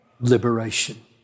liberation